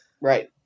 Right